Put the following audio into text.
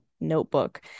notebook